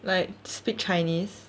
like speak chinese